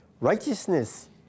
righteousness